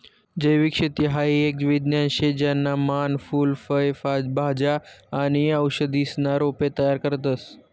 जैविक शेती हाई एक विज्ञान शे ज्याना मान फूल फय भाज्या आणि औषधीसना रोपे तयार करतस